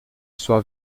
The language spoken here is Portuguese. sua